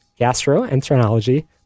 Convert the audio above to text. gastroenterology